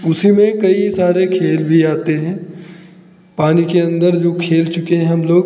उसी में कई सारे खेल भी आते हैं पानी के अंदर जो खेल चुके हैं हम लोग